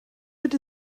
mit